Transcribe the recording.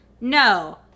No